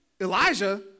Elijah